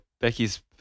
Becky's